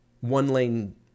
one-lane